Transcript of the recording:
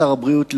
שר הבריאות,